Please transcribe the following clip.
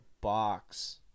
box